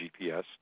GPS